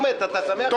אחמד, אתה שמח על זה.